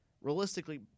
Realistically